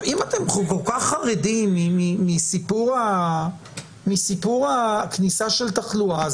אם אתם כל כך חרדים מסיפור הכניסה של תחלואה,